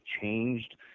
changed